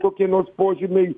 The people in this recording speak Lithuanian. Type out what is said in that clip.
kokie nors požymiai